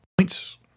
points